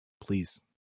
Please